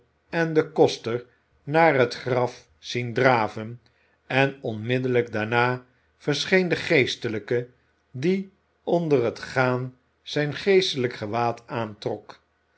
en den koster naar het graf zien draven en onmiddellijk daarna verscheen de geestelijke die onder het gaan zijn geestelijk gewaad